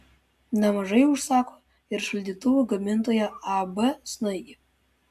nemažai užsako ir šaldytuvų gamintoja ab snaigė